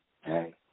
hey